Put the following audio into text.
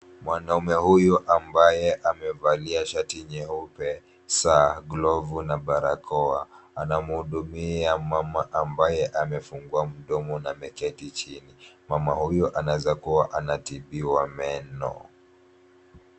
Mwanaume huyu ambaye amevalia shati nyeupe, saa, glovu na barakoa, anamhudumia mama ambaye amefungua mdomo na ameketi chini. Mama huyu anawezakuwa anatibiwa meno.